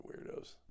weirdos